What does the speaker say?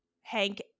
Hank